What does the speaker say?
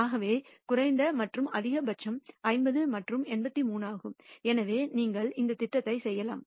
ஆகவே குறைந்தபட்ச மற்றும் அதிகபட்சம் 50 மற்றும் 83 ஆகும் எனவே நீங்கள் இந்த திட்டத்தை செய்யலாம்